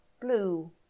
blue